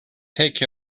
take